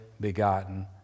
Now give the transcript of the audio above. begotten